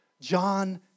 John